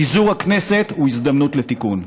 פיזור הכנסת הוא הזדמנות לתיקון.